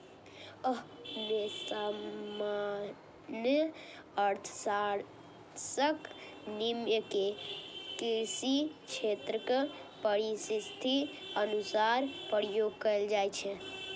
अय मे सामान्य अर्थशास्त्रक नियम कें कृषि क्षेत्रक परिस्थितिक अनुसार उपयोग कैल जाइ छै